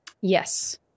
Yes